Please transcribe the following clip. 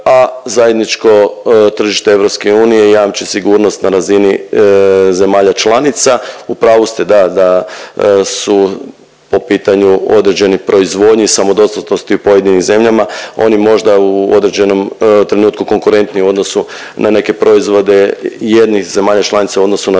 a zajedničko tržište EU jamči sigurnost na razini zemalja članica. U pravu ste, da, da su po pitanju određene proizvodnje i samodostatnosti u pojedinim zemljama oni možda u određenom trenutku konkurentniji u odnosu na neke proizvode jednih zemalja članica u odnosu na druge,